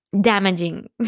damaging